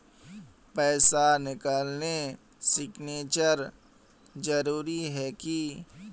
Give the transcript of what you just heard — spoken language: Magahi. पैसा निकालने सिग्नेचर जरुरी है की?